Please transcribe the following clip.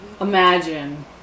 imagine